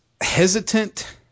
hesitant